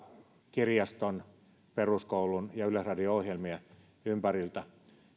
kirjaston peruskoulun ja yleisradion ohjelmien ympäriltä